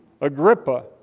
Agrippa